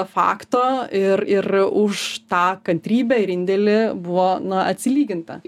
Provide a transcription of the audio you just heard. fakto ir ir už tą kantrybę ir indėlį buvo na atsilyginta